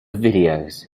videos